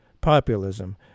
populism